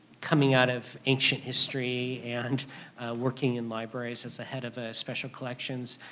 coming out of ancient history and working in libraries as a head of ah special collections.